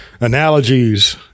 analogies